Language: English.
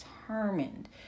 determined